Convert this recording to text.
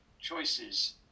choices